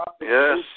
Yes